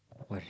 what